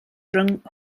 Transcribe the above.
rhwng